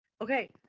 Okay